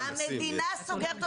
ודבר שני, המדינה סוגרת אותנו.